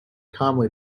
calmly